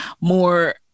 more